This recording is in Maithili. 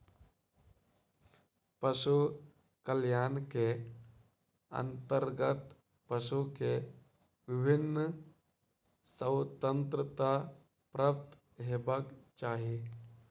पशु कल्याण के अंतर्गत पशु के विभिन्न स्वतंत्रता प्राप्त हेबाक चाही